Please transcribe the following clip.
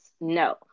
No